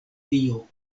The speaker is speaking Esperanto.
dio